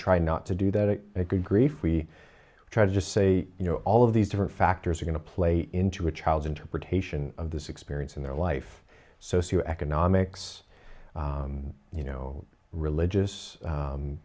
try not to do that is a good grief we try to just say you know all of these different factors are going to play into a child's interpretation of this experience in their life socioeconomics you know religious